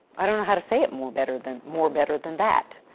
i don't know how to say it more better than, more better than that.